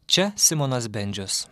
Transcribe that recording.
čia simonas bendžius